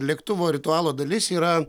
lėktuvo ritualo dalis yra